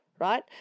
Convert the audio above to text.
right